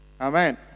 Amen